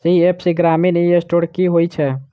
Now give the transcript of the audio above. CSC ग्रामीण e store की होइ छै?